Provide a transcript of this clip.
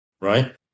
right